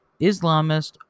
Islamist